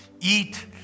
eat